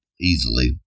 easily